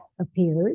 appeared